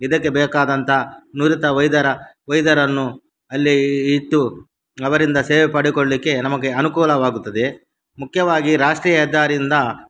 ಇದಕ್ಕೆ ಬೇಕಾದಂಥ ನುರಿತ ವೈದ್ಯರ ವೈದ್ಯರನ್ನು ಅಲ್ಲೇ ಇಟ್ಟು ಅವರಿಂದ ಸೇವೆ ಪಡೆದ್ಕೊಳ್ಲಿಕ್ಕೆ ನಮಗೆ ಅನುಕೂಲವಾಗುತ್ತದೆ ಮುಖ್ಯವಾಗಿ ರಾಷ್ಟ್ರೀಯ ಹೆದ್ದಾರಿಯಿಂದ